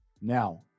Now